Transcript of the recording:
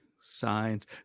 signs